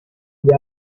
gli